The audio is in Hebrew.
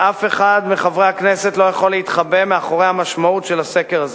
ואף אחד מחברי הכנסת לא יכול להתחבא מאחורי המשמעות של הסקר הזה: